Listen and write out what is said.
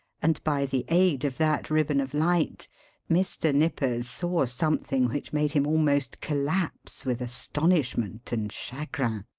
and by the aid of that ribbon of light mr. nippers saw something which made him almost collapse with astonishment and chagrin.